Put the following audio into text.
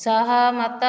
ସହମତ